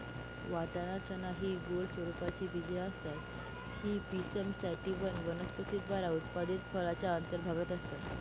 वाटाणा, चना हि गोल स्वरूपाची बीजे असतात ही पिसम सॅटिव्हम वनस्पती द्वारा उत्पादित फळाच्या अंतर्भागात असतात